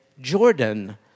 Jordan